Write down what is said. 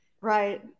Right